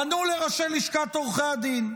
פנו לראשי לשכת עורכי הדין,